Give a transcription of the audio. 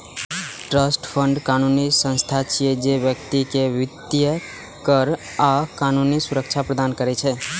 trust fund कानूनी संस्था छियै, जे व्यक्ति कें वित्तीय, कर आ कानूनी सुरक्षा प्रदान करै छै